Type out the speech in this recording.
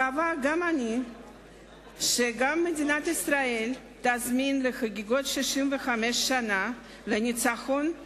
מקווה אני שגם מדינת ישראל תזמין לחגיגות 65 השנה לניצחון את